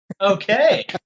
Okay